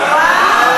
וואו.